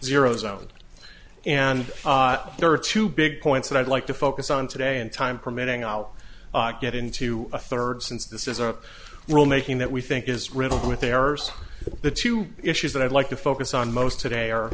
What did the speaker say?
zero zone and there are two big points that i'd like to focus on today and time permitting out i get into a third since this is a well making that we think is riddled with errors that the two issues that i'd like to focus on most today